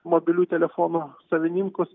mobilių telefonų savininkus